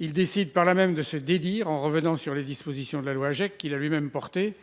Il décide par là même de se dédire, en revenant sur les dispositions de la loi Agec, qu'il a lui-même portée